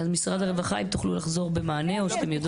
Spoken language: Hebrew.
משרד הרווחה, תוכלו לחזור במענה או שאתן יודעות?